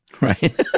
Right